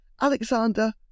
Alexander